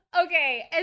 Okay